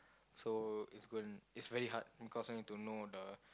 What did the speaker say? so it's go~ it's very hard because I need to know the